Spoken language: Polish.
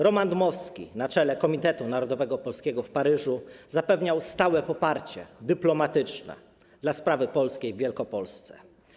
Roman Dmowski, który stał na czele Komitetu Narodowego Polskiego w Paryżu, zapewniał stałe poparcie dyplomatyczne dla sprawy polskiej w Wielkopolsce.